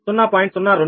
0 0